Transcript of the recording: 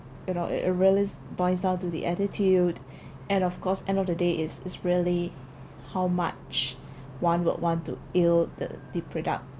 without a relish boils down to the attitude and of course end of the day is is really how much one would want to ill the the product